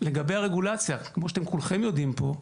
לגבי הרגולציה: כמו שאתם כולכם יודעים פה,